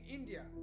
India